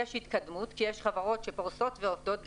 יש התקדמות כי יש חברות שפורסות ועובדות בשוק,